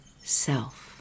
self